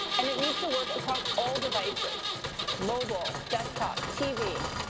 and it needs to work across all devices mobile, desktop, tv.